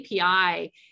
API